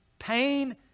Pain